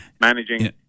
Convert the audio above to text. managing